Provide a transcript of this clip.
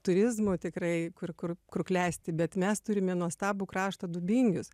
turizmu tikrai kur kur kur klesti bet mes turime nuostabų kraštą dubingius